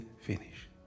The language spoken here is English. finish